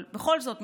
אבל בכל זאת,